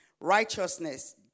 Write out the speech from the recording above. righteousness